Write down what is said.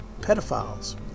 pedophiles